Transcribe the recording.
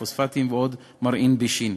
פוספטים ועוד מרעין בישין.